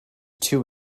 too